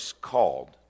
called